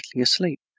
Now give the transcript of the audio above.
asleep